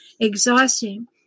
exhausting